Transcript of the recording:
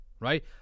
Right